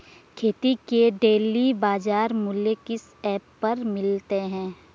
खेती के डेली बाज़ार मूल्य किस ऐप पर मिलते हैं?